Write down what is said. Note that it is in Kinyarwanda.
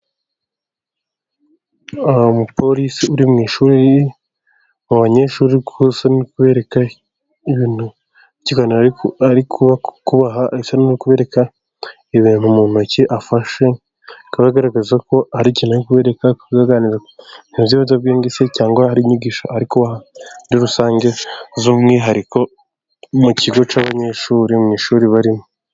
Umupolisi uri mu ishuri, mu banyeshuri, asa n'aho ari kubereka ibintu by'ikiganiro ari kubaha, asa n'uri kubereka ibintu mu ntoki afashe, bikaba bigaragaza ko hari ikntu ari kubereka nko kubaganiriza ku bintu by'ibiyobyabwenge se cyangwa hari inyigisho ari kubaha muri rusange z'umwihariko mu kigo cy'abanyeshuri mu ishuri barimo.